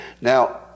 Now